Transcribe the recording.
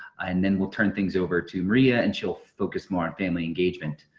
and then we'll turn things over to maria and she'll focus more on family engagement.